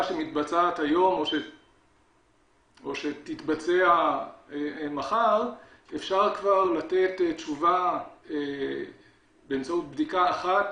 שמתבצעת היום או שתתבצע מחר אפשר כבר לתת תשובה באמצעות בדיקה אחת